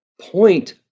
point